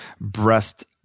breast